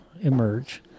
emerge